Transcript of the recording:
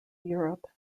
europe